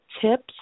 tips